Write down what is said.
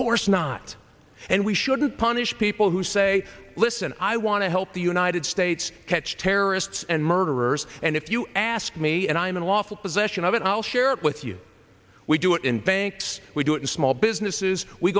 course not and we shouldn't punish people who say listen i want to help the united states catch terrorists and murderers and if you ask me and i'm unlawful possession of it i'll share it with you we do it in banks we do it in small businesses we